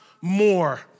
more